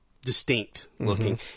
distinct-looking